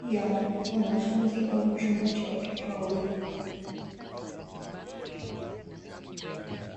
ya wanafunzi au chumba cha watoto wawili.